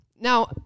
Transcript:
Now